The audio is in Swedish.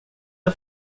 där